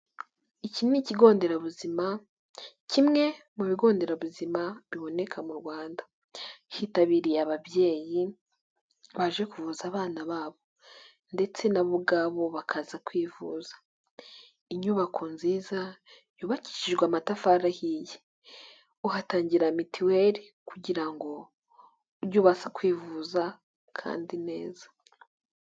Iki ni ikigo nderabuzima, kimwe mu bigo nderabuzima biboneka mu Rwanda. Hitabiriye ababyeyi baje kuvuza abana babo ndetse nabo ubwabo bakaza kwivuza. Inyubako nziza yubakishijwe amatafari ahiye. Uhatangira mitiweli kugira ngo ujye ubasha kwivuza kandi neza.